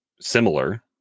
similar